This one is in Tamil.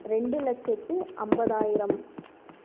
ரெண்டு லட்சத்தி ஐம்பதாயிரம்